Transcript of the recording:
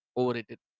overrated